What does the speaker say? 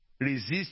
Resist